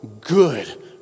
good